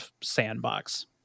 sandbox